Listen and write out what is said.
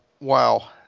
Wow